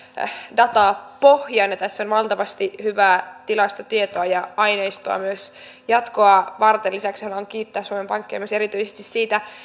datapohjan ja tässä on valtavasti hyvää tilastotietoa ja aineistoa myös jatkoa varten lisäksi haluan kiittää suomen pankkia erityisesti siitä